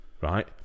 right